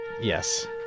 Yes